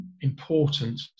important